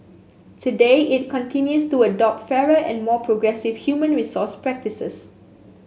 today it continues to adopt fairer and more progressive human resource practices